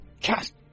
cast